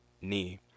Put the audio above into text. knee